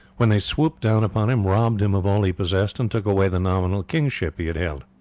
when they swooped down upon him, robbed him of all he possessed, and took away the nominal kingship he had held.